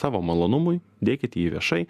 savo malonumui dėkit jį viešai